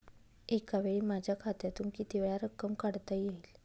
एकावेळी माझ्या खात्यातून कितीवेळा रक्कम काढता येईल?